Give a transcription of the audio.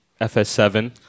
FS7